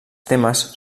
temes